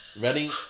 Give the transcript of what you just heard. Ready